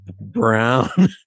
brown